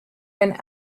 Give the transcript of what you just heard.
been